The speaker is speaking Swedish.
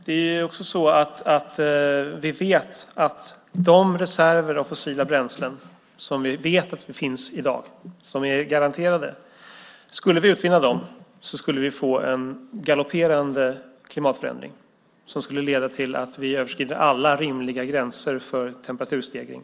Vi vet att om vi skulle utvinna de reserver av fossila bränslen som vi vet finns i dag, som är garanterade, skulle vi få en galopperande klimatförändring som skulle leda till att vi överskred alla rimliga gränser för temperaturstegring.